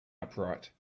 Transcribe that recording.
upright